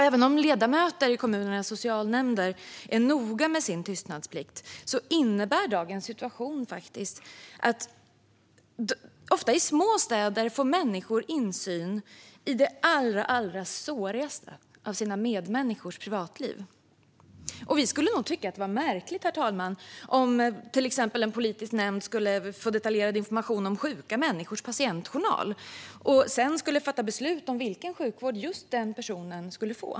Även om ledamöter i kommunernas socialnämnder är noga med sin tystnadsplikt innebär dagens situation att människor, ofta i små städer, får insyn i det allra sårigaste av sina medmänniskors privatliv. Herr talman! Vi skulle nog tycka att det var märkligt om en politisk nämnd fick detaljerad information om en sjuk persons patientjournal för att sedan fatta beslut om vilken sjukvård just denna person skulle få.